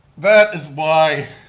that is why